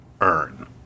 earn